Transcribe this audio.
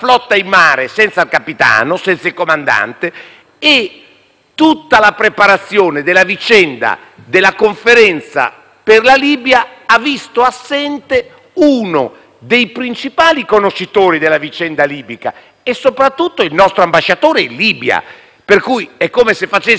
tutta la preparazione della vicenda della Conferenza per la Libia ha visto assente uno dei suoi principali conoscitori e soprattutto nostro ambasciatore in Libia. È come se facessimo una Conferenza su un altro Paese senza il nostro ambasciatore, che